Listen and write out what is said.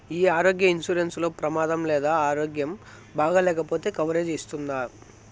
ఈ ఆరోగ్య ఇన్సూరెన్సు లో ప్రమాదం లేదా ఆరోగ్యం బాగాలేకపొతే కవరేజ్ ఇస్తుందా?